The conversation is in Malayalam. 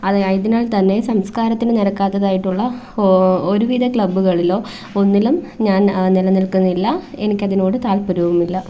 അതിനായതിനാൽത്തന്നെ സംസ്കാരത്തിന് നിരക്കാത്തതായിട്ടുള്ള ഒരുവിധ ക്ലബ്ബുകളിലോ ഒന്നിലും ഞാൻ നിലനിൽക്കുന്നില്ല എനിക്കതിനോട് താല്പര്യവുമില്ല